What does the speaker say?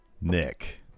Nick